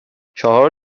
چهار